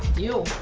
deal!